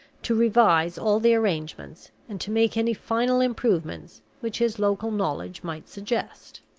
to revise all the arrangements, and to make any final improvements which his local knowledge might suggest.